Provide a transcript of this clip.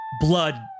Blood